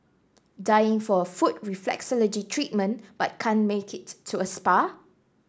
dying for a foot reflexology treatment but can't make it to a spa